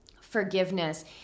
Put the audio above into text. forgiveness